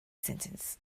sentence